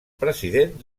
president